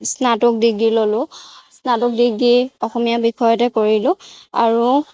স্নাতক ডিগ্ৰী ল'লো স্নাতক ডিগ্ৰী অসমীয়া বিষয়তে কৰিলোঁ আৰু